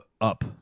Up